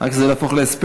רק שזה לא יהפוך להספד.